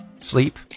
Sleep